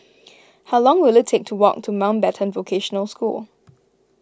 how long will it take to walk to Mountbatten Vocational School